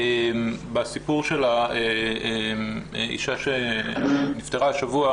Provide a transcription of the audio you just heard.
בסיפור של האישה שנפטרה השבוע